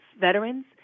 veterans